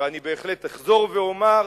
ואני בהחלט אחזור ואומר,